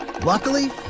Luckily